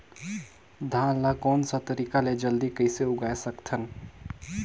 धान ला कोन सा तरीका ले जल्दी कइसे उगाय सकथन?